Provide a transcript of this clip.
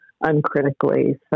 uncritically